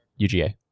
UGA